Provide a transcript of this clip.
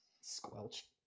Squelch